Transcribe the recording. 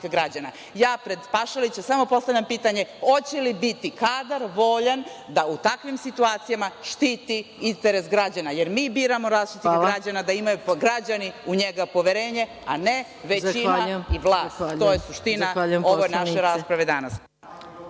Ja pred Pašalićem samo postavljam pitanje – hoće li biti kadar, voljan da u takvim situacijama štiti interes građana, jer mi biramo Zaštitnika građana, da imaju građani u njega poverenje, a ne većina i vlast? To je suština ove naše rasprave danas.